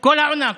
כל העונה.